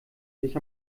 sich